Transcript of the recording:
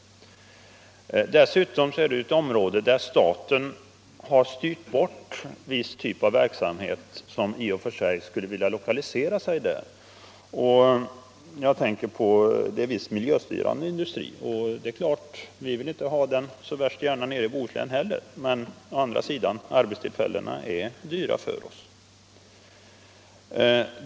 Dessutom är detta ett område från vilket staten har styrt bort viss typ av verksamhet som i och för sig skulle vilja lokalisera sig dit. Jag tänker här på viss miljöstörande industri. Det är klart att inte vi heller så gärna vill ha den industrin i Bohuslän, men å andra sidan är arbetstillfällena dyra för oss.